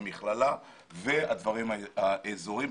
המכללה והדברים האזוריים.